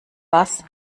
was